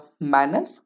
manner